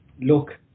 Look